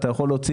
אתה יכול להוציא